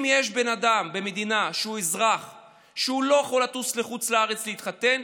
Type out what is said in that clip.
אם יש במדינה אזרח שלא יכול לטוס לחו"ל להתחתן,